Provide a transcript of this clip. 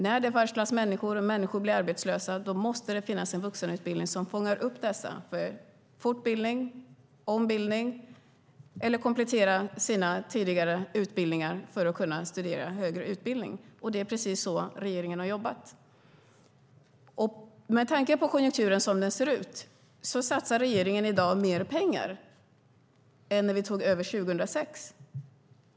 När människor varslas och blir arbetslösa måste det finnas en vuxenutbildning som fångar upp dem i fortbildning, ombildning eller komplettering av tidigare utbildningar för att kunna gå vidare till en högre utbildning. Det är precis så regeringen har jobbat. Med tanke på hur konjunkturen ser ut satsar regeringen i dag mer pengar än när vi tog över 2006.